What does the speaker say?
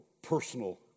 personal